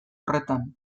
horretan